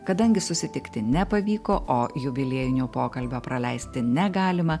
kadangi susitikti nepavyko o jubiliejinio pokalbio praleisti negalima